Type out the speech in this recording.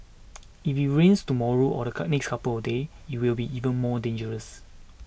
if it rains tomorrow or the cut next couple of days it will be even more dangerous